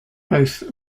both